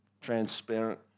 transparent